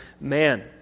man